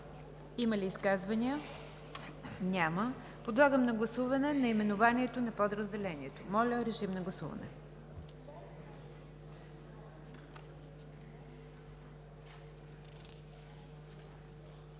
Има ли изказвания? Няма. Подлагам на гласуване наименованието на подразделението. Гласували